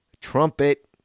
trumpet